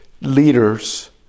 leaders